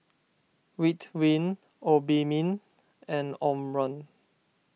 Ridwind Obimin and Omron